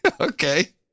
Okay